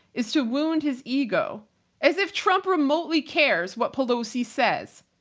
is to wound his ego as if trump remotely cares what pelosi says.